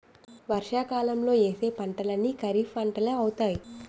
వర్షాకాలంలో యేసే పంటలన్నీ ఖరీఫ్పంటలే అవుతాయి